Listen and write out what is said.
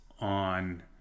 on